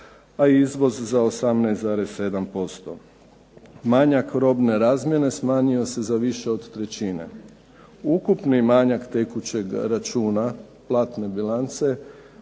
a izvoz za 18,7%. Manjak robne razmjene smanjio se za više od trećine. Ukupni manjak tekućeg računa platne bilance